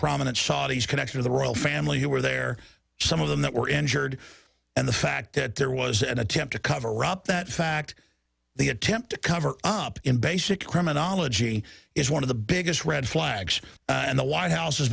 prominent saudis connection of the royal family who were there some of them that were injured and the fact that there was an attempt to cover up that fact the attempt to cover up in basic criminology is one of the biggest red flags and the white house has